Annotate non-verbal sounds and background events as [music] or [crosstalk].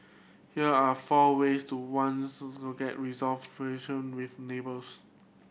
here are four ways to ones to get resolve [unintelligible] with neighbours